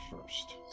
first